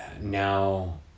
now